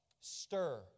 stir